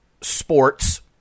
sports